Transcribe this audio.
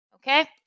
Okay